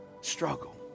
struggle